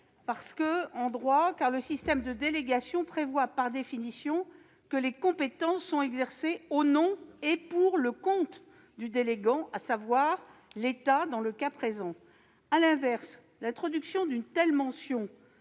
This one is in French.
satisfait en droit, car le système de délégation prévoit, par définition, que les compétences sont exercées au nom et pour le compte du délégant, en l'occurrence l'État. À l'inverse, l'introduction d'une telle mention